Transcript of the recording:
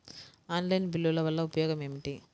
Online బిల్లుల వల్ల ఉపయోగమేమిటీ?